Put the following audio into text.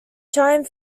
chiang